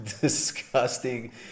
disgusting